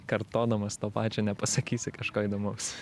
kartodamas to pačio nepasakysi kažko įdomaus